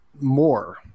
more